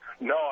no